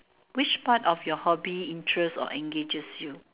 which part of your hobby interests or engages you